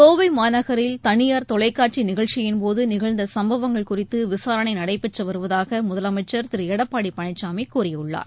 கோவை மாநகரில் தனியார் தொலைக்காட்சி நிகழ்ச்சியின் போது நிகழ்ந்த சம்பவங்கள் குறித்து விசாரணை நடைபெற்று வருவதாக முதலமைச்சர் திரு எடப்பாடி பழனிசாமி கூறியுள்ளார்